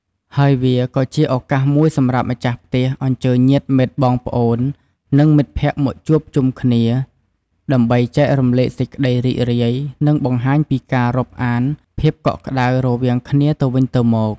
ហើយវាក៏ជាឱកាសមួយសម្រាប់ម្ចាស់ផ្ទះអញ្ជើញញាតិមិត្ត បងប្អូន និងមិត្តភក្តិមកជួបជុំគ្នា ដើម្បីចែករំលែកសេចក្តីរីករាយ និងបង្ហាញពីការរាប់អានភាពកក់ក្តៅរវាងគ្នាទៅវិញទៅមក។